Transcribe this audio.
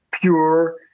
pure